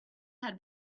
had